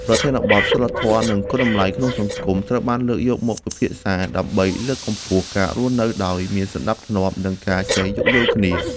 ប្រធានបទ សីលធម៌ និងគុណតម្លៃក្នុងសង្គម ត្រូវបានលើកយកមកពិភាក្សា ដើម្បីលើកកម្ពស់ការរស់នៅដោយមានសណ្ដាប់ធ្នាប់ និងការចេះយោគយល់គ្នា។